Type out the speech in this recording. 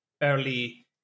early